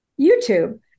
YouTube